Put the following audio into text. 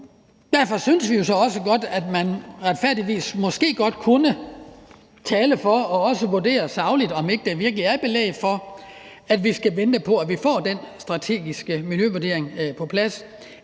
derfor synes vi jo så også godt, at man retfærdigvis måske godt kunne tale for og også vurdere sagligt, om ikke der virkelig er belæg for, at vi skal vente på at få den strategiske miljøvurdering på plads,